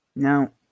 Now